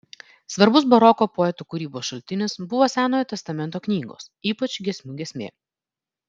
svarbus baroko poetų kūrybos šaltinis buvo senojo testamento knygos ypač giesmių giesmė